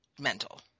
mental